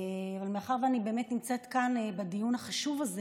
מאחר שאני באמת נמצאת כאן בדיון החשוב הזה,